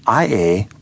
IA